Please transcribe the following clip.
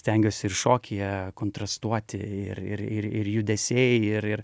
stengiuosi ir šokyje kontrastuoti ir ir ir ir judesiai ir ir